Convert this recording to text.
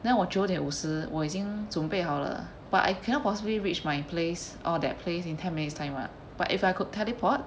then 我九点五十我已经准备好了 but I cannot possibly reach my place or that place in ten minutes time [what] but if I could teleport